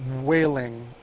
wailing